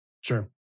Sure